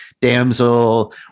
damsel